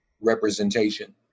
representation